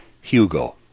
Hugo